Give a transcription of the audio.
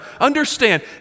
Understand